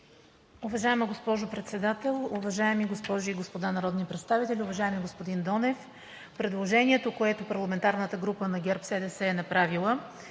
Уважаема госпожо Председател, уважаеми госпожи и господа народни представители, уважаеми господин Донев! Предложението, което парламентарната група на ГЕРБ-СДС е направила,